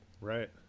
right